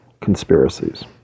conspiracies